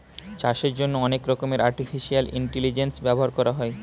চাষের জন্যে অনেক রকমের আর্টিফিশিয়াল ইন্টেলিজেন্স ব্যবহার করা হয়